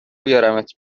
بیارمت